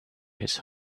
his